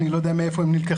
אני לא יודע מאיפה הם נלקחו,